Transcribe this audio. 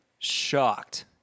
shocked